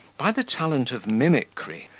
by the talent of mimickry,